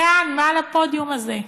כאן, מעל הפודיום הזה.